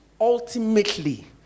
ultimately